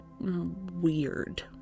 weird